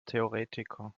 theoretiker